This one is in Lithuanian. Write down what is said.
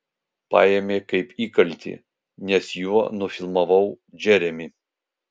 paėmė kaip įkaltį nes juo nufilmavau džeremį